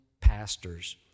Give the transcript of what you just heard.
pastors